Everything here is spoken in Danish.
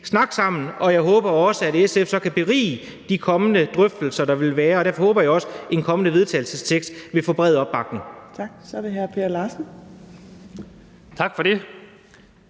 snakke sammen, og jeg håber også, at SF så kan berige de kommende drøftelser, der vil være, og derfor håber jeg også, at et kommende forslag til vedtagelse vil få bred opbakning.